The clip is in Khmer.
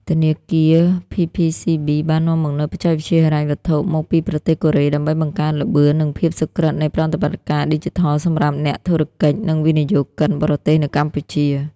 ធនាគារ ភីភីស៊ីប៊ី (PPCB) បាននាំមកនូវបច្ចេកវិទ្យាហិរញ្ញវត្ថុមកពីប្រទេសកូរ៉េ ដើម្បីបង្កើនល្បឿន និងភាពសុក្រឹតនៃប្រតិបត្តិការឌីជីថលសម្រាប់អ្នកធុរកិច្ច និងវិនិយោគិនបរទេសនៅកម្ពុជា។